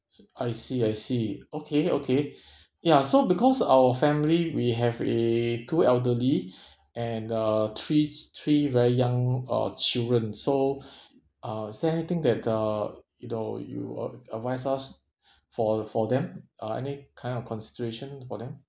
I see I see okay okay ya so because our family we have a two elderly and uh three three very young uh children so uh is there anything that uh you know you uh advise us for for them uh any kind of consideration for them